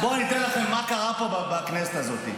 בואו, אני אתן לכם מה קרה פה בכנסת הזאת.